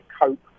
cope